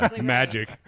Magic